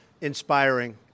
inspiring